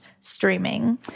streaming